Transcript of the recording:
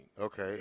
Okay